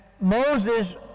Moses